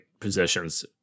positions